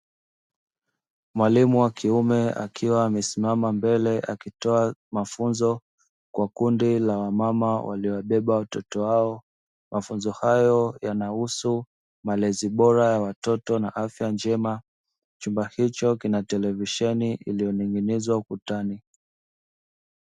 Mwalimu wa kiume akiwa amesimama mbele akitoa mafunzo kwa kundi la wamama waliobeba watoto wao, mafunzo hayo yanahusu malezi bora ya watoto na afya njema, chumba hicho kina televisheni iliyoning'inizwa ukutani.